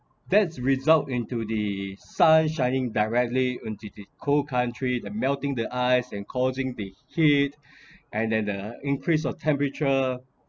that's result into the sun shining directly onto the cold country the melting the ice and causing the heat and then the increase of temperature